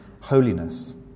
holiness